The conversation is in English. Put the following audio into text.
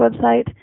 website